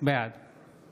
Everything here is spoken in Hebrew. בעד